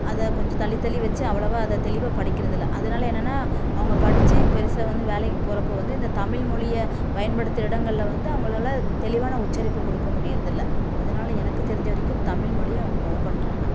அதை கொஞ்சம் தள்ளி தள்ளி வச்சு அவ்வளோவா அதை தெளிவாக படிக்கிறதில்லை அதனால் என்னென்னா அவங்க படிச்சு பெருசாக வந்து வேலைக்கு போகிறப்போ வந்து இந்த தமிழ் மொழியை பயன்படுத்துகிற இடங்கள்ல வந்து அவங்களால தெளிவான உச்சரிப்பு கொடுக்க முடிகிறதில்ல அதனால் எனக்கு தெரிஞ்ச வரைக்கும் தமிழ்மொழியை அவங்க கொலை பண்ணுறாங்க